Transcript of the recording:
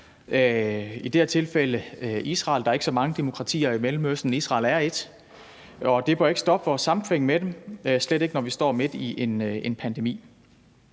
er det Israel – der er ikke så mange demokratier i Mellemøsten, Israel er et – og det bør ikke stoppe vores samkvem med dem, slet ikke når vi står midt i en pandemi.